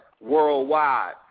worldwide